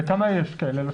וכמה יש כאלה?